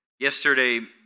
Yesterday